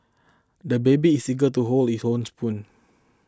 the baby is eager to hold his own spoon